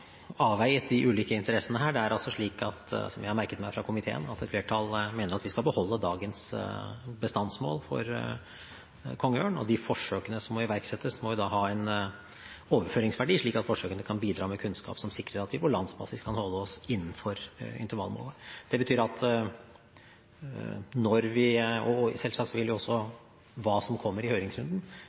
de ulike interessene her. Det er altså slik, som jeg har merket meg fra komiteen, at et flertall mener at vi skal beholde dagens bestandsmål for kongeørn. De forsøkene som må iverksettes, må da ha en overføringsverdi, slik at forsøkene kan bidra med kunnskap som sikrer at vi på landsbasis kan holde oss innenfor intervallmålet. Selvsagt vil også hva som kommer i høringsrunden, være avgjørende for hvor mye arbeid som vil kreves i